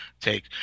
take